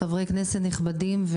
חברי כנסת נכבדים,